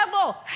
devil